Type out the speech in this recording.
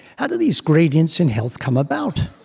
how do these gradients in health come about?